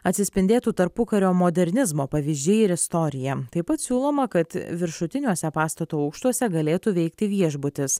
atsispindėtų tarpukario modernizmo pavyzdžiai ir istorija taip pat siūloma kad viršutiniuose pastato aukštuose galėtų veikti viešbutis